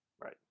Right